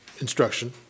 instruction